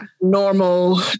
Normal